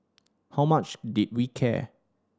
how much did we care